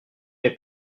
n’ai